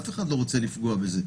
אף אחד לא רוצה לפגוע בזה.